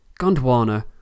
Gondwana